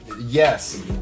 Yes